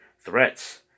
threats